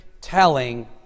telling